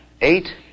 eight